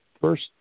First